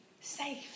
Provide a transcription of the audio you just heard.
safe